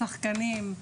לשחקנים,